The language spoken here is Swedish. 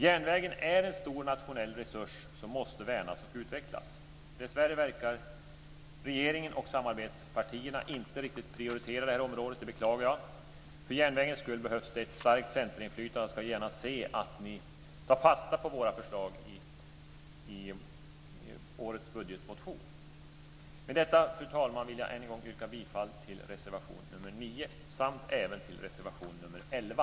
Järnvägen är en stor nationell resurs som måste värnas och utvecklas. Dessvärre verkar regeringen och samarbetspartierna inte riktigt prioritera detta område, vilket jag beklagar. För järnvägens skull behövs ett starkt Centerinflytande, och jag skulle gärna se att ni tar fasta på våra förslag i årets budgetmotion. Fru talman! Med detta vill jag än en gång yrka bifall till reservation 9 samt även till reservation 11.